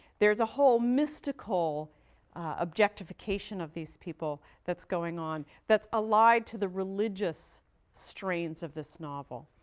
there is a whole mystical objectification of these people that's going on, that's allied to the religious strains of this novel,